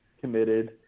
committed